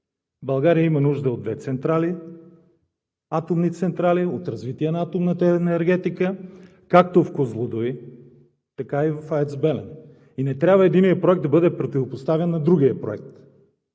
България има нужда от две централи – атомни централи, от развитие на атомната енергетика както в „Козлодуй“, така и в АЕЦ „Белене“. И не трябва единият проект да бъде противопоставен на другия проект,